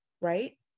right